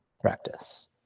practice